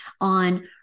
on